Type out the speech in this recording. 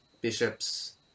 bishops